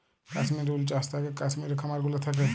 কাশ্মির উল চাস থাকেক কাশ্মির খামার গুলা থাক্যে